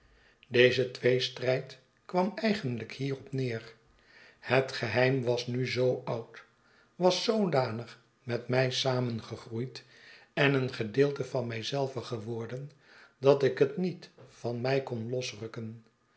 deze tweestrijd kwara eigenlijk hierop neer het geheim was nu zoo oud was zoodanig met mij samengegroeid en een gedeelte van mij zelven reword en dat ik het niet van mij konlosrukken